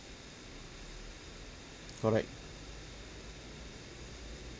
correct